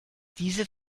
diese